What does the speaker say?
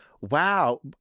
Wow